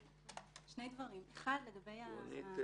רונית,